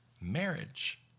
marriage